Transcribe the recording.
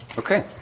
okay,